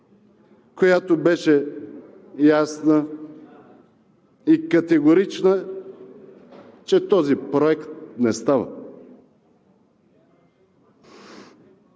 която беше ясна и категорична, че този проект не става,